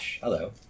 Hello